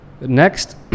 Next